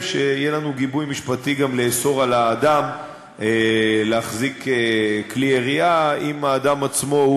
שיהיה לנו גיבוי משפטי לאסור עליו להחזיק כלי ירייה אם הוא עצמו,